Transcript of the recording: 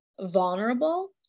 vulnerable